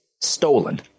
stolen